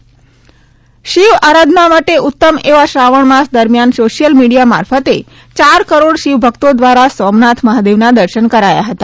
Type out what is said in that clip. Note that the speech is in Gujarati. સોમનાથ સોશિયલ મિડિયા શિવ આરાધના માટે ઉત્તમ એવા શ્રાવણ માસ દરમ્યાન સોશિયલ મિડિયા મારફતે ચાર કરોડ શિવભક્તો દ્વારા સોમનાથ મહાદેવના દર્શન કરાયા હતા